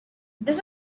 this